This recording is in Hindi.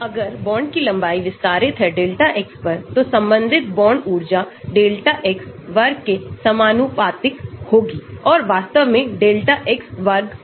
तो अगर बांड की लंबाई विस्तारित है delta X पर तो संबंधित बॉन्ड ऊर्जा delta x वर्ग के समानुपातिक होगी और वास्तव में delta x वर्ग पर